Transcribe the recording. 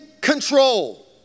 control